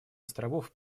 островов